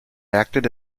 acted